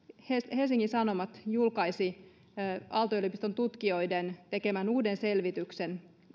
helsingin sanomat julkaisi aalto yliopiston tutkijoiden tekemän uuden selvityksen